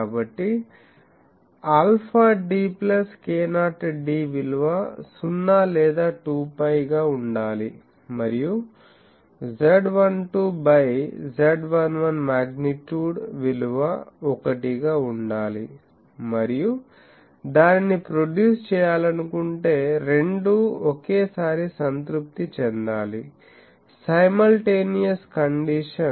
కాబట్టి alpha d plus k0 d విలువ 0 లేదా 2π గా ఉండాలి మరియు Z12 బై Z11 మాగ్నిట్యూడ్ విలువ 1 గా ఉండాలి మరియు దానిని ప్రొడ్యూస్ చేయాలనుకుంటే రెండూ ఒకేసారి సంతృప్తి చెందాలి సైముల్టేనియస్ కండిషన్